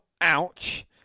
Ouch